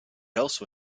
also